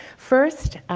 first,